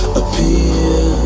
appear